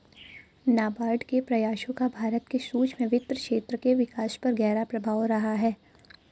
नाबार्ड के प्रयासों का भारत के सूक्ष्म वित्त क्षेत्र के विकास पर गहरा प्रभाव रहा है